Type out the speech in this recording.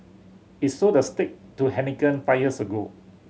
it sold the stake to Heineken five years ago